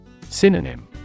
Synonym